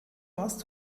warst